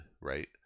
right